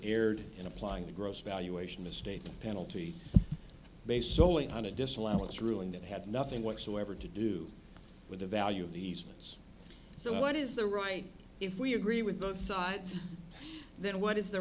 erred in applying the gross valuation mistake of penalty based solely on a disallowance ruling that had nothing whatsoever to do with the value of these things so what is the right if we agree with both sides then what is the